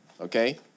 Okay